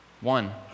one